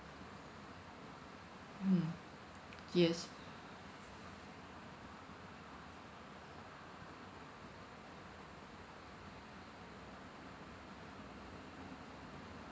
mmhmm yes